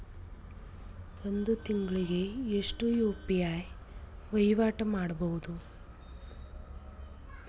ಒಂದ್ ತಿಂಗಳಿಗೆ ಎಷ್ಟ ಯು.ಪಿ.ಐ ವಹಿವಾಟ ಮಾಡಬೋದು?